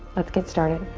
let's get started.